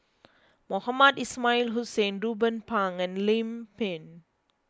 Mohamed Ismail Hussain Ruben Pang and Lim Pin